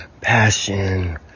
passion